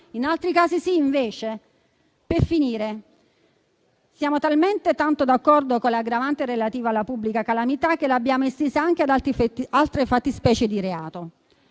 in altri casi lo è? Siamo talmente tanto d'accordo con l'aggravante relativa alla pubblica calamità che l'abbiamo estesa anche ad altre fattispecie di reato.